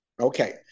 Okay